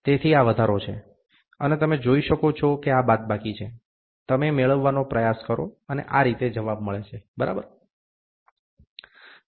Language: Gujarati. તેથી આ વધારો છે અને તમે જોઈ શકો છો કે આ બાદબાકી છે તમે મેળવવાનો પ્રયાસ કરો અને આ રીતે જવાબ મળે બરાબર છે